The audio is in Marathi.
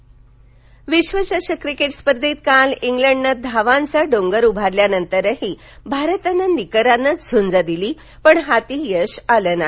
क्रिकेट विश्वचषक क्रिकेट स्पर्धेत काल इंग्लंडनं धावांचा डोंगर उभारल्यानंतरही भारतानं निकरानं झूंज दिली पण हाती यश आलं नाही